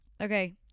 Okay